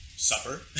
Supper